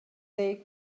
ddeg